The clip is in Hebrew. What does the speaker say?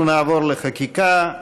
אנחנו נעבור לחקיקה.